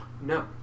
No